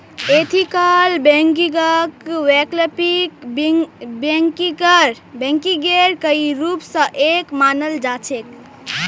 ethical बैंकिंगक वैकल्पिक बैंकिंगेर कई रूप स एक मानाल जा छेक